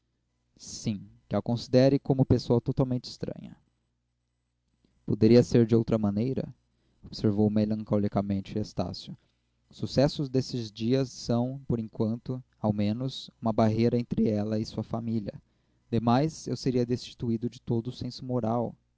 sim que a considere como pessoa totalmente estranha poderia ser de outra maneira observou melancolicamente estácio os sucessos destes dias são por enquanto ao menos uma barreira entre ela e sua família demais eu seria destituído de todo o senso moral